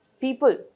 People